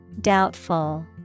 Doubtful